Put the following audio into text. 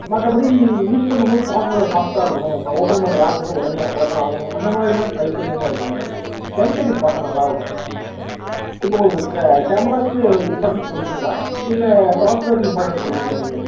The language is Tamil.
மற்றபடி யூஸ் பண்ணும்போது ப்ராசஸர் ஃபாஸ்ட்டாக இருக்கணும் நான் ஓப்பன் பண்ணுற ஆப் வந்து உடனே ஓப்பன் ஆகணும் அந்த மாதிரிலாம் ட்ரை பண்ணீங்க அப்படின்னா எம் சீரிஸ் பார்த்தா நல்லா இருக்கும் இப்போது உங்களுக்கு கேமராவுக்கு இம்பார்ட்டன்ஸ் கொடுப்பீங்களா இல்லை ப்ராசஸர்க்கு இம்பார்ட்டன்ஸ் கொடுப்பீங்களா நீங்கள்